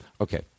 Okay